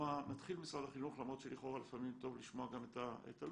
נתחיל ממשרד החינוך - למרות שלכאורה לפעמים טוב לשמוע גם את אלו"ט,